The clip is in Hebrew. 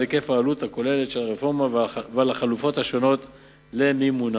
העלות הכוללת של הרפורמה ועל החלופות השונות למימונה.